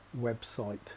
website